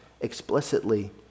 explicitly